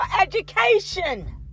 education